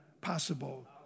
possible